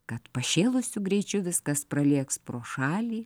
kad pašėlusiu greičiu viskas pralėks pro šalį